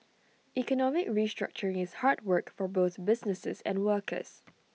economic restructuring is hard work for both businesses and workers